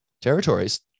territories